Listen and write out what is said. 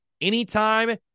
anytime